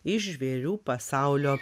iš žvėrių pasaulio